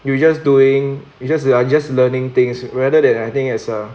you just doing you just I just learning things rather than I think as a